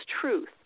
truth